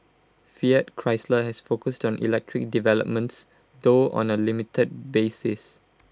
fiat Chrysler has focused on electric developments though on A limited basis